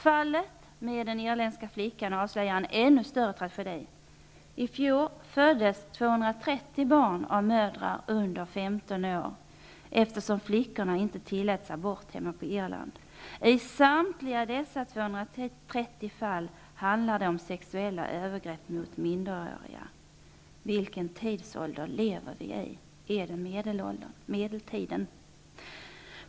Fallet med den irländska flickan avslöjar en ännu större tragedi. Irland. I samtliga dessa fall handlar det om sexuella övergrepp mot minderåriga. Vilken tidsålder lever vi i? Är det medeltiden?